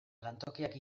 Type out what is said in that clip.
lantokiak